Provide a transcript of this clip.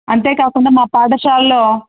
అంతే కాకుండా మా పాఠశాలల్లో